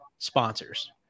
sponsors